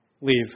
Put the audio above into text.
Leave